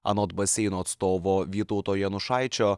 anot baseino atstovo vytauto janušaičio